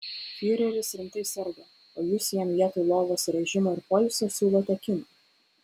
fiureris rimtai serga o jūs jam vietoj lovos režimo ir poilsio siūlote kiną